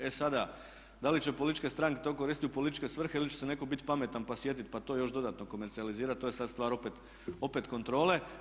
E sada, da li će političke stranke to koristiti u političke svrhe ili će netko biti pametan pa se sjetiti pa to još dodatno komercijalizirati to je sad stvar opet kontrole.